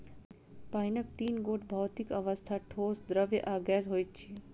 पाइनक तीन गोट भौतिक अवस्था, ठोस, द्रव्य आ गैस होइत अछि